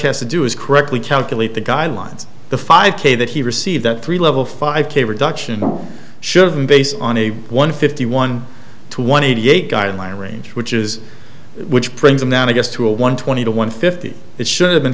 has to do is correctly calculate the guidelines the five k that he received that three level five k reduction should have been based on a one fifty one to one eighty eight guideline range which is which brings them down i guess to a one twenty to one fifty that should have been